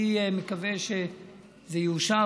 אני מקווה שזה יאושר,